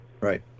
Right